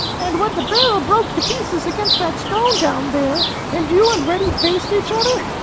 and when the barrel broke to pieces against that stone down there, and you and reddy faced each other,